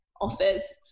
offers